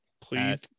please